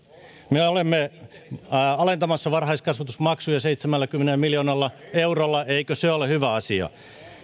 me olemme alentamassa varhaiskasvatusmaksuja seitsemälläkymmenellä miljoonalla eurolla eikö se ole hyvä asia